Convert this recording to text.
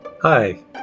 Hi